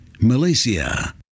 Malaysia